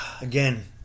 again